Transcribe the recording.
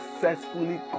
successfully